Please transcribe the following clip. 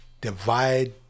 Divide